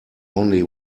only